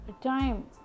time